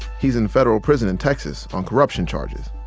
he's in federal prison in texas on corruption charges.